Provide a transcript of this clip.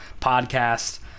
podcast